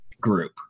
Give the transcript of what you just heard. group